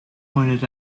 pointed